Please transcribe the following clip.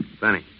Benny